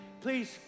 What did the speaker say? Please